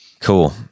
Cool